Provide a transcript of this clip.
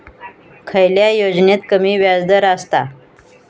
खयल्या योजनेत कमी व्याजदर असता?